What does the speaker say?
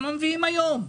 למה הם מביאים היום.